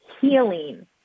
healing